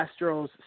Astros